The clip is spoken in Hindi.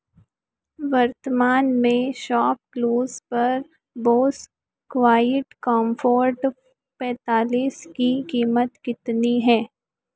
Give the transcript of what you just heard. वर्तमान में शॉपक्लूज़ पर बोस क्वाइट कॉम्फोर्ट पैंतालिस की कीमत कितनी है